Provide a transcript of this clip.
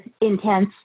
intense